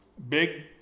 Big